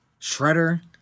Shredder